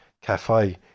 Cafe